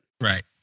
Right